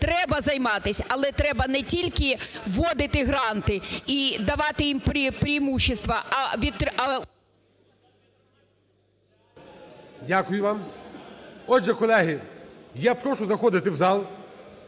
Треба займатись, але треба не тільки вводити гранти і давати їм преімущества, а … ГОЛОВУЮЧИЙ. Дякую вам. Отже, колеги, я прошу заходити в зал.